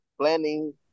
Planning